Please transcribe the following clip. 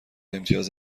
امتیاز